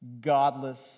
godless